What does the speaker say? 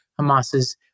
Hamas's